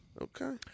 Okay